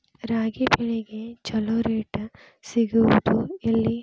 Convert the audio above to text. ರಾಗಿ ಬೆಳೆಗೆ ಛಲೋ ರೇಟ್ ಸಿಗುದ ಎಲ್ಲಿ?